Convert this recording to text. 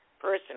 personally